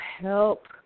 help